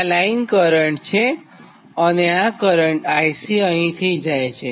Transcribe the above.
આ line current છે અને આ કરંટ IC અહીંથી જાય છે